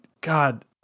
God